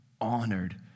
honored